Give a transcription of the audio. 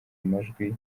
amajwi